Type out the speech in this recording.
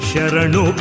Sharanu